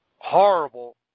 horrible